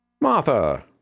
Martha